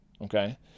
Okay